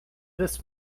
this